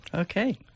Okay